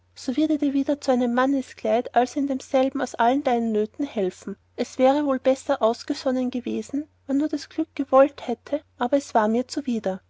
wieder zu einem mannskleid und also in demselben aus allen deinen nöten helfen es wäre wohl ausgesonnen gewesen wann nur das glück gewollt hätte aber es war mir zuwider